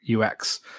UX